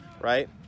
right